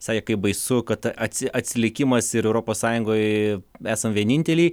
sakė kaip baisu kad atsi atsilikimas ir europos sąjungoj esam vieninteliai